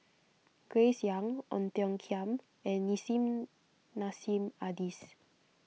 Grace Young Ong Tiong Khiam and Nissim Nassim Adis